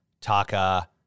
Taka